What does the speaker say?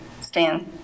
stan